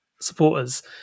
supporters